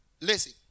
Listen